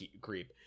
creep